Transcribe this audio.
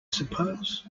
suppose